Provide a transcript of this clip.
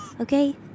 Okay